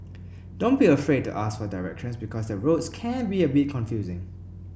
don't be afraid to ask for directions because the roads can be a bit confusing